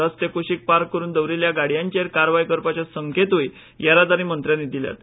रस्ते कूशीक पार्क करून दवरील्ल्या गाडीयांचेर कारवाय करपाचे संकेतूंय येरादारी मंत्र्यानी दिल्यात